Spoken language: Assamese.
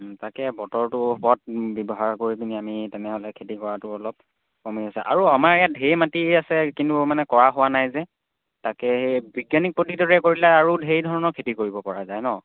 তাকে বতৰটো ওপৰত ব্যৱহাৰ কৰি পিনি আমি তেনেহ'লে খেতি কৰাটো অলপ কমি আছে আৰু আমাৰ ইয়াত ঢেৰ মাটি আছে কিন্তু মানে কৰা হোৱা নাই যে তাকে সেই বৈজ্ঞানিক পদ্ধতিৰে কৰিলে আৰু ঢেৰ ধৰণৰ খেতি কৰিবপৰা যায় ন